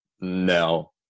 no